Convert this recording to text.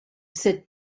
sit